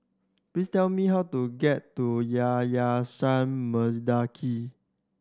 please tell me how to get to Yayasan Mendaki